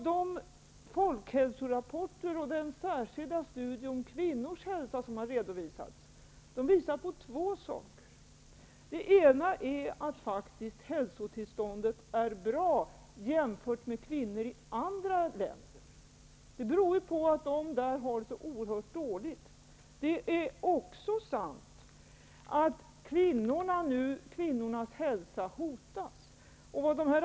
De folkhälsorapporter och särskilda studier om kvinnors hälsa som har redovisats visar bl.a. på att hälsotillståndet hos kvinnor faktiskt är bra i Sverige jämfört med andra länder. Det beror delvis på att de i andra länder har det så oerhört dåligt. Det är också sant att kvinnors hälsa nu hotas.